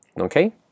Okay